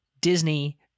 Disney